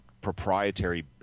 proprietary